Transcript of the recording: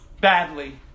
badly